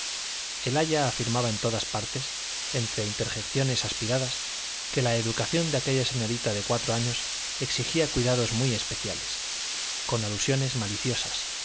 el aya afirmaba en todas partes entre interjecciones aspiradas que la educación de aquella señorita de cuatro años exigía cuidados muy especiales con alusiones maliciosas